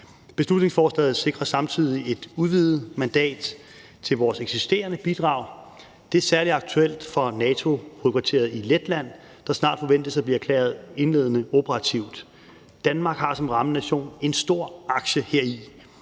beslutningsforslaget sikrer samtidig et udvidet mandat til vores eksisterende bidrag. Det er særlig aktuelt for NATO-hovedkvarteret i Letland, der snart forventes at blive erklæret indledende operativt. Danmark har som rammenation en stor aktie heri.